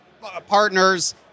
partners